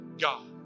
God